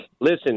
Listen